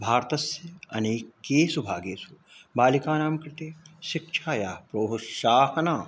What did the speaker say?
भारतस्य अनेकेषु भागेषु बालिकानां कृते शिक्षाया प्रोत्साहन